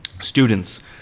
students